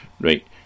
right